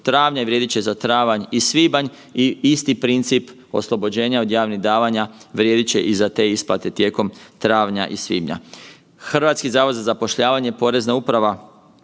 travnja i vrijedit će za travanj i svibanj i isti princip oslobođenja od javnih davanja vrijedit će i za te isplate tijekom travnja i svibnja. HZZ i porezna uprava